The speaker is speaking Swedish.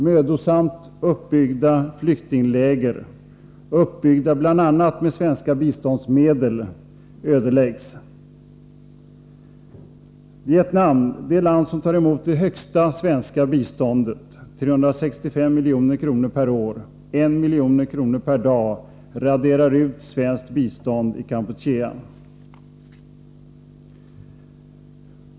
Mödosamt uppbyggda flyktingläger — uppbyggda bl.a. med svenska biståndsmedel — ödeläggs. Vietnam, det land som tar emot det största svenska biståndet — 365 milj.kr. per år, 1 milj.kr.per dag — raderar ut svenskt bistånd i Kampuchea.